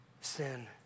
sin